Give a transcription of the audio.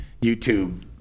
YouTube